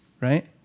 right